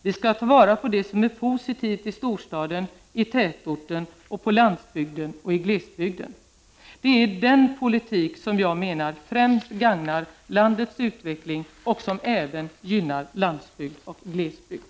Vi skall ta vara på det som är positivt i storstaden, i tätorten, på landsbygden och i glesbygden. Det är denna politik som jag menar främst gagnar landets utveckling och som även gynnar landsbygd och glesbygd.